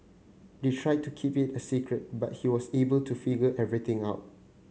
they tried to keep it a secret but he was able to figure everything out